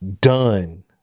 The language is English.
done